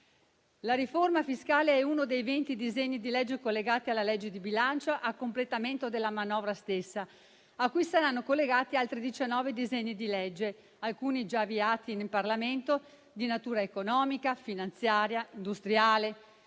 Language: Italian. La riforma fiscale è uno dei 20 disegni di legge collegati alla legge di bilancio a completamento della manovra stessa, cui saranno collegati altri 19 disegni di legge, alcuni già avviati in Parlamento, di natura economica, finanziaria, industriale,